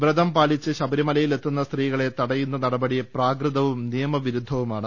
വ്രതം പാലിച്ച് ശബരിമലയിലെത്തുന്ന സ്ത്രീകളെ തടയുന്ന നടപടി പ്രാകൃതവും നിയ മവിരുദ്ധവുമാണ്